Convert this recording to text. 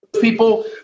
People